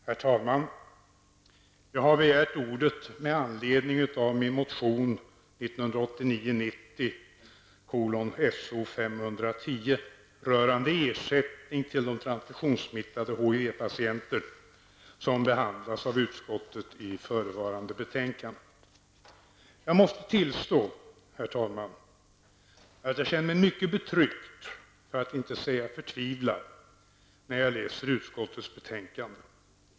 Herr talman! Jag har begärt ordet med anledning av min motion 1989/90:So510 rörande ersättning till transfusionssmittade HIV-patienter. Motionen behandlas av utskottet i förevarande betänkande. Jag måste tillstå, herr talman, att jag känner mig mycket betryckt, för att inte säga förtvivlad, när jag läser utskottets betänkande.